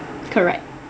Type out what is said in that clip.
correct